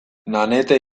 nanette